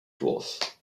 dwarf